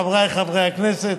חבריי חברי הכנסת,